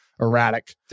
erratic